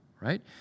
right